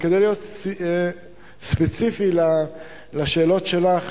וכדי לענות ספציפית לשאלות שלך,